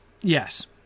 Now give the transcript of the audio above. Yes